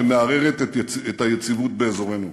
שמערערת את היציבות באזורנו.